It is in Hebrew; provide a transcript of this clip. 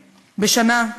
בשנה,